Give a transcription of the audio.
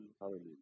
hallelujah